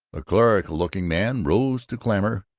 a clerical-looking man rose to clamor,